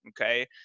Okay